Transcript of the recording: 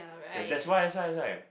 yeah that's why that's why that's why